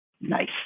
Nice